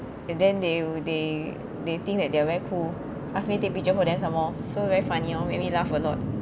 and then they'll they they think that they're very cool asked me take picture for them some more so very funny oh make me laugh a lot